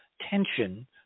tension